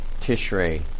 Tishrei